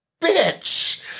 bitch